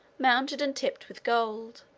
mounted and tipped with gold.